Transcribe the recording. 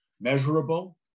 measurable